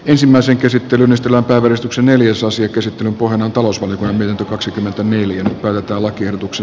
ensimmäisen käsittelyn estellä päivystyksen neljäsosa käsittelyn pohjana on talousvaliokunnan mietintö